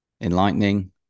enlightening